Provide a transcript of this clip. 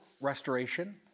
restoration